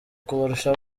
kubarusha